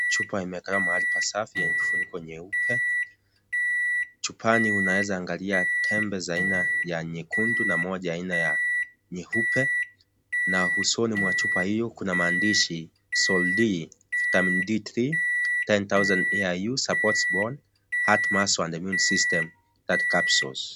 Chupa imekaa mahali pasafi yenye kifuniko nyeupe, chupani unaeza angalia tembe za aina ya nyekundu na moja ya aina ya nyeupe na usoni mwa chupa hiyo kuna maandishi (cs)Sol-D(cs),(cs)Vitamin D3,10,000IU, Supports bone, heart muscle and immune system,30 Capsules(cs)